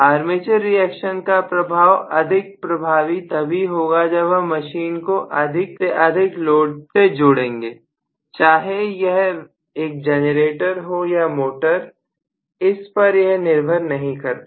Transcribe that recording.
armature reaction का प्रभाव अधिक प्रभावी तभी होगा जब हम मशीन के साथ अधिक से अधिक लोड को जोड़ेंगे चाहे यह एक जनरेटर हो या मोटर इस पर यह निर्भर नहीं करता